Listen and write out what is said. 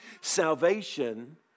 salvation